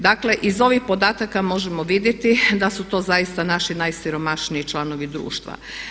Dakle, iz ovih podataka možemo vidjeti da su to zaista naši najsiromašniji članovi društva.